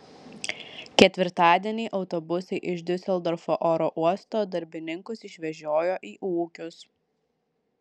ketvirtadienį autobusai iš diuseldorfo oro uosto darbininkus išvežiojo į ūkius